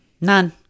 None